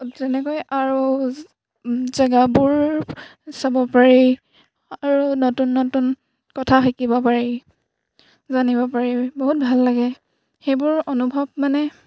তেনেকৈ আৰু জেগাবোৰ চাব পাৰি আৰু নতুন নতুন কথা শিকিব পাৰি জানিব পাৰি বহুত ভাল লাগে সেইবোৰ অনুভৱ মানে